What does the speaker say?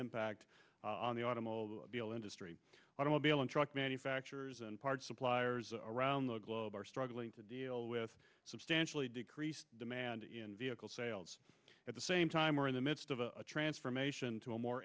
impact on the automobile industry automobile and truck manufacturers and parts suppliers around the globe are struggling to deal with substantially decreased demand in vehicle sales at the same time we're in the midst of a transformation to a more